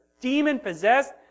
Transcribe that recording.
demon-possessed